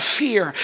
fear